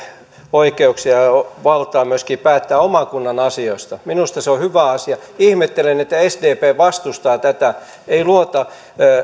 oikeuksia ja valtaa myöskin päättää oman kunnan asioista minusta se on hyvä asia ihmettelen että sdp vastustaa tätä ei luota